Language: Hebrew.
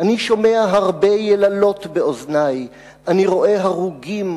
אני שומע הרבה יללות באוזני./ אני רואה הרוגים